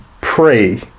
pray